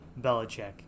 Belichick